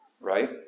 right